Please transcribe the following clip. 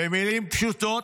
במילים פשוטות,